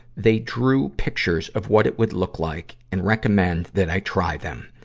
they drew pictures of what it would look like and recommend that i try them.